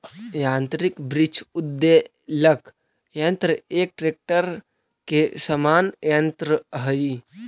यान्त्रिक वृक्ष उद्वेलक यन्त्र एक ट्रेक्टर के समान यन्त्र हई